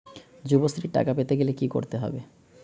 যুবশ্রীর টাকা পেতে গেলে কি করতে হবে?